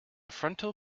frontal